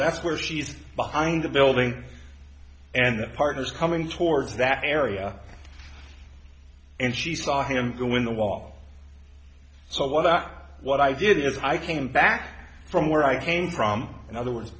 that's where she's behind the building and the part is coming towards that area and she saw him go in the wall so what i what i did is i came back from where i came from in other words